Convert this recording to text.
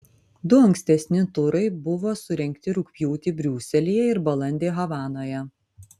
du ankstesni turai buvo surengti rugpjūtį briuselyje ir balandį havanoje